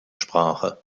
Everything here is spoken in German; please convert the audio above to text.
sprache